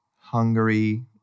Hungary